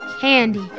candy